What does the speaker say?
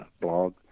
blog